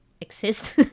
exist